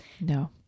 No